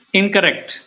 incorrect